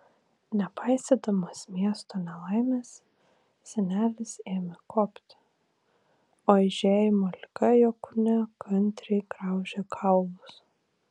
nepaisydamas miesto nelaimės senelis ėmė kopti o eižėjimo liga jo kūne kantriai graužė kaulus